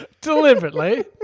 Deliberately